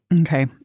Okay